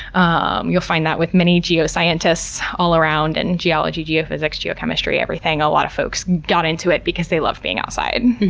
um you'll find that with many geoscientists, all around in geology, geophysics, geochemistry, everything. a lot of folks got into it because they love being outside.